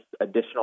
additional